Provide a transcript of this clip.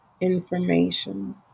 information